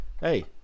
hey